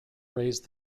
raised